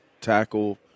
tackle